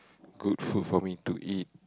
cook food for me to eat